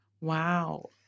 Wow